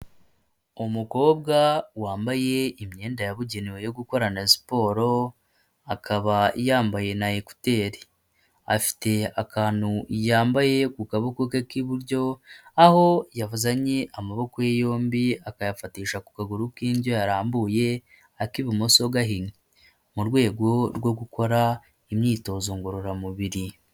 Umukobwa wambaye imyenda yabugenewe yo gukorana siporo, akaba yambaye na ekuteri, afite akantu yambaye ku kaboko ke k'iburyo, aho yazanye amaboko ye yombi akayafatisha ku kaguru k'indyo arambuye ak'ibumoso gahinnye, mu rwego rwo gukora imyitozo ngororamubiri.